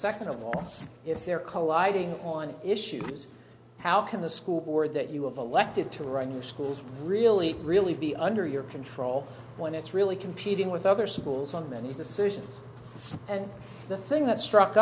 second of all if they're colliding on issues how can the school board that you have elected to run your schools really really be under your control when it's really competing with other schools on many decisions and the thing that struck